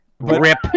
Rip